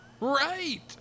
right